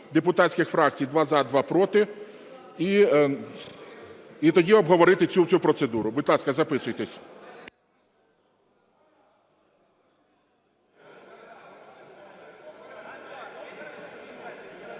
депутатських фракцій: два – за, два – проти, і тоді обговорити цю всю процедуру. Будь ласка, записуйтесь. Слово